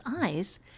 eyes